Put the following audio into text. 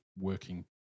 working